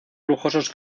lujosos